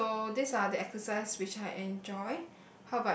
so these are the exercise which I enjoy